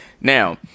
Now